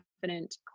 Confident